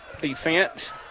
Defense